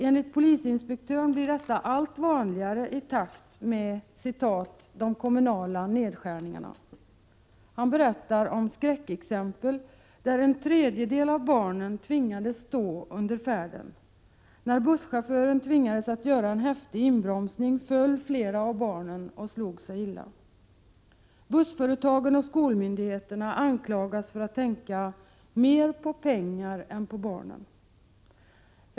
Enligt polisinspektören blir missförhållandena allt vanligare i takt med ”de kommunala nedskärningarna”. Han berättar skräckexempel där en tredjedel av antalet barn tvingats stå under färden. När busschauffören tvingades att göra en häftig inbromsning föll flera av barnen och slog sig illa. Bussföretagen och skolmyndigheterna anklagas för att tänka mer på pengar än på barnen.